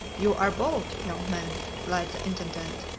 you are bold, young man, replied the intendant,